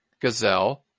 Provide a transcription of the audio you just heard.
gazelle